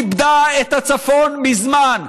איבדה את הצפון מזמן.